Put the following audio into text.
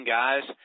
guys